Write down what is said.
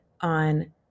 on